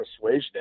persuasion